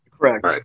Correct